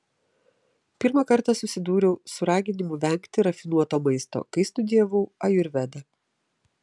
pirmą kartą susidūriau su raginimu vengti rafinuoto maisto kai studijavau ajurvedą